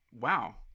wow